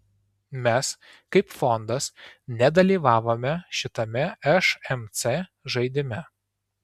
mes kaip fondas nedalyvavome šitame šmc žaidime